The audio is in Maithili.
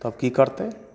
तब की करतै